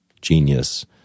genius